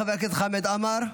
חבר הכנסת חמד עמאר,